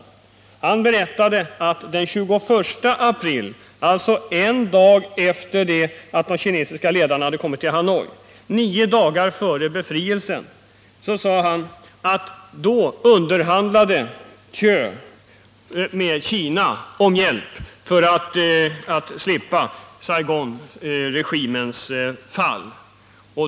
Han berättade att den 21 april, alltså en dag efter det att de kinesiska ledarna hade kommit till Hanoi och nio dagar före befrielsen, underhandlade Thieu med Kina om hjälp för att stödja Saigonjuntan.